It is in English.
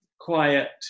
quiet